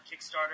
Kickstarter